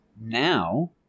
now